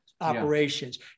Operations